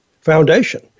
Foundation